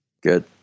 Good